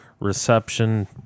Reception